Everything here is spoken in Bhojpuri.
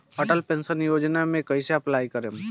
अटल पेंशन योजना मे कैसे अप्लाई करेम?